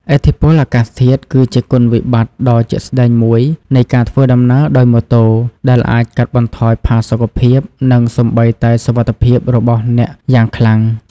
ឥទ្ធិពលអាកាសធាតុ គឺជាគុណវិបត្តិដ៏ជាក់ស្តែងមួយនៃការធ្វើដំណើរដោយម៉ូតូ ដែលអាចកាត់បន្ថយផាសុកភាព និងសូម្បីតែសុវត្ថិភាពរបស់អ្នកយ៉ាងខ្លាំង។